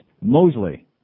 Mosley